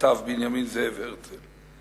כתב בנימין זאב הרצל.